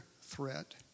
threat